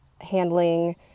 handling